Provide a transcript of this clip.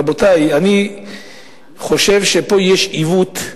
רבותי, אני חושב שיש פה עיוות.